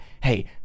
hey